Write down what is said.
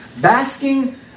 basking